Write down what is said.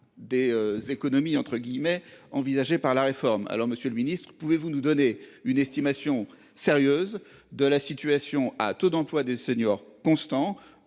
des économies entre guillemets envisagée par la réforme, alors Monsieur le Ministre, pouvez-vous nous donner une estimation sérieuse de la situation à taux d'emploi des seniors constant